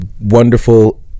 wonderful